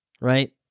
right